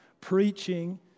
preaching